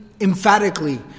emphatically